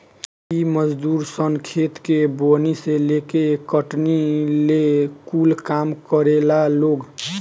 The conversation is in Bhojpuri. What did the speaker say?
इ मजदूर सन खेत के बोअनी से लेके कटनी ले कूल काम करेला लोग